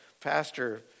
pastor